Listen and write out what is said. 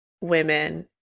women